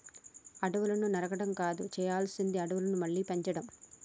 అడవులను నరకడం కాదు చేయాల్సింది అడవులను మళ్ళీ పెంచడం